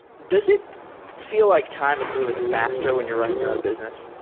does it feel like time is moving faster when you're running your own business?